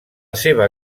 seva